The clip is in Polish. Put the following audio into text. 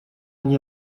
nie